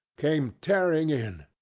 came tearing in,